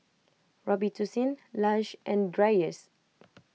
Robitussin Lush and Dreyers